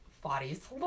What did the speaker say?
bodies